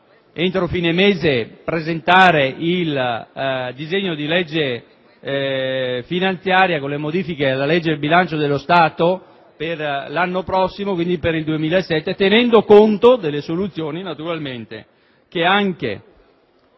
entro fine mese, presentare il disegno di legge finanziaria con le modifiche alla legge del bilancio dello Stato per l'anno prossimo, quindi per il 2007, tenendo conto delle soluzioni, anche in